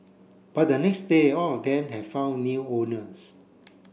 by the next day all of them had found new owners